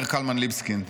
אומר קלמן ליבסקינד.